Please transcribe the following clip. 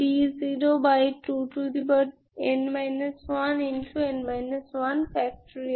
n d02n 1